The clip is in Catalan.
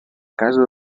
casa